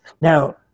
Now